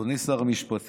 אדוני שר המשפטים,